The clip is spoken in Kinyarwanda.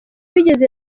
wigeze